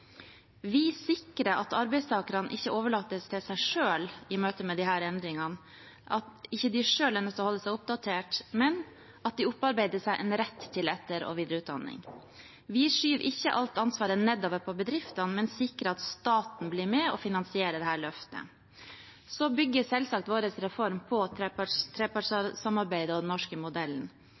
Vi sikrer at arbeidstakerne ikke overlates til seg selv i møte med disse endringene, at det ikke bare er opp til dem selv å holde seg oppdatert, men at de opparbeider seg en rett til etter- og videreutdanning. Vi skyver ikke alt ansvaret nedover på bedriftene, men sikrer at staten blir med og finansierer dette løftet. Vår reform bygger selvsagt på trepartssamarbeidet og den norske modellen,